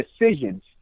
decisions